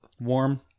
warm